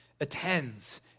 attends